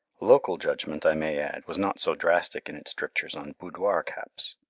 local judgment, i may add, was not so drastic in its strictures on boudoir caps.